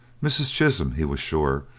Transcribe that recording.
mrs. chisholm, he was sure,